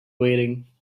waiting